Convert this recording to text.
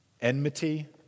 Enmity